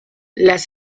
las